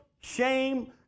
shame